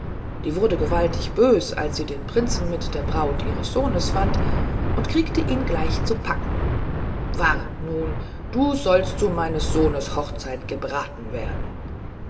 die wurde gewaltig bös daß sie den prinzen bei der braut ihres sohnes fand und kriegte ihn gleich zu packen wart nun du sollst zu meines sohnes hochzeit gebraten werden